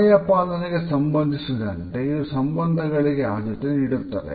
ಸಮಯ ಪಾಲನೆಗೆ ಸಂಬಂಧಿಸಿದಂತೆ ಇದು ಸಂಬಂಧಗಳಿಗೆ ಆದ್ಯತೆ ನೀಡುತ್ತದೆ